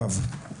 ו'.